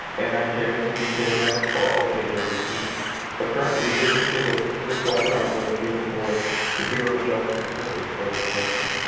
and i mean bjs, or ojjdp. but currently this particular this webinar was geared towards the bureau of justice assistance solicitation.